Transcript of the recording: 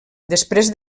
després